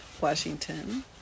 Washington